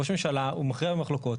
ראש הממשלה הוא מכריע במחלוקות.